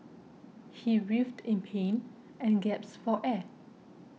he writhed in pain and gasped for air